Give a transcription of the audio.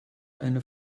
einer